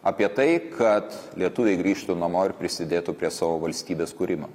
apie tai kad lietuviai grįžtų namo ir prisidėtų prie savo valstybės kūrimo